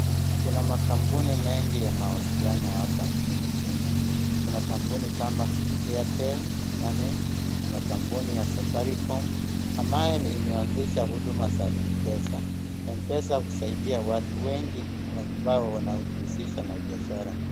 Kuna makampuni mengi ya mawasiliano hapa nchini Kenya. Kuna kampuni kama Airtel money , kuna kampuni ya Safaricom ambayo imeanzisha huduma za mpesa. Mpesa husaidia watu wengi ambao wanajihusisha na biashara.